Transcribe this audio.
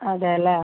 അതെ അല്ലെ